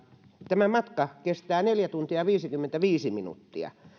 tämä matkaa kestää neljä tuntia viisikymmentäviisi minuuttia